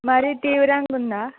మరీ తీవరంగా ఉందా